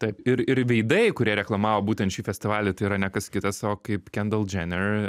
taip ir ir veidai kurie reklamavo būtent šį festivalį tai yra ne kas kitas o kaip kendal džener